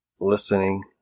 listening